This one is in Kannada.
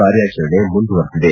ಕಾರ್ಯಾಚರಣೆ ಮುಂದುವರೆದಿದೆ